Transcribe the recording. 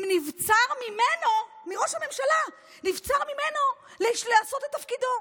אם נבצר ממנו, מראש הממשלה, לעשות את תפקידו.